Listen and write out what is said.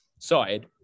Side